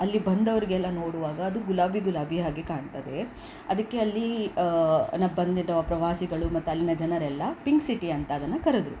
ಅಲ್ಲಿ ಬಂದವ್ರಿಗೆಲ್ಲ ನೋಡುವಾಗ ಅದು ಗುಲಾಬಿ ಗುಲಾಬಿ ಹಾಗೆ ಕಾಣ್ತದೆ ಅದಕ್ಕೆ ಅಲ್ಲಿ ನ ಬಂದಿರೋ ಪ್ರವಾಸಿಗಳು ಮತ್ತು ಅಲ್ಲಿನ ಜನರೆಲ್ಲ ಪಿಂಕ್ ಸಿಟಿ ಅಂತ ಅದನ್ನು ಕರೆದ್ರು